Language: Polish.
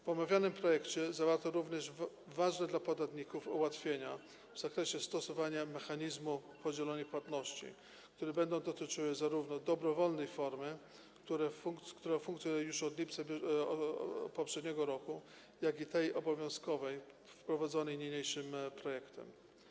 W omawianym projekcie zawarto również ważne dla podatników ułatwienia w zakresie stosowania mechanizmu podzielonej płatności, które będą dotyczyły zarówno dobrowolnej formy, która funkcjonuje już od poprzedniego roku, jak i tej obowiązkowej, wprowadzonej niniejszym projektem.